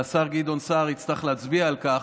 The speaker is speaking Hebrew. והשר גדעון סער יצטרך להצביע על כך,